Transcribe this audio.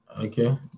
Okay